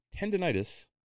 Tendinitis